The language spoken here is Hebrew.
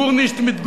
גורנישט מיט גורנישט,